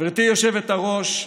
גברתי היושבת-ראש,